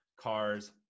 cars